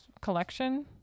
collection